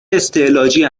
استعلاجی